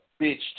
bitch